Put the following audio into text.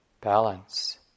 balance